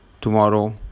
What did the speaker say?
tomorrow